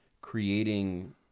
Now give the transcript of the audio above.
creating